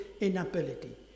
inability